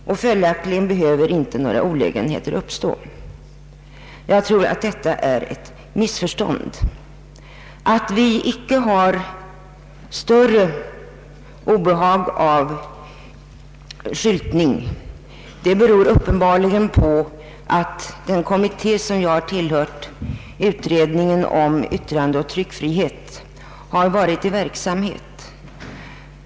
Några olägenheter behöver därför inte uppstå till följd av ett uppskov.” Jag tror att detta är ett missförstånd. Det förhållandet att vi icke har större obehag av skyltning än vi har i dag beror uppenbarligen på att den kommitté som jag tillhört, utredningen om yttrandeoch tryckfrihet, har varit i verksamhet.